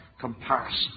comparison